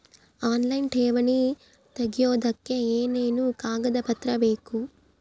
Online ಠೇವಣಿ ತೆಗಿಯೋದಕ್ಕೆ ಏನೇನು ಕಾಗದಪತ್ರ ಬೇಕು?